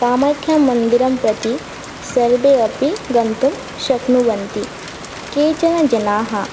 कामाख्यामन्दिरम्प्रति सर्वे अपि गन्तुं शक्नुवन्ति केचन जनाः